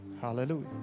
Hallelujah